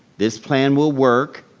this plan will work.